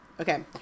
Okay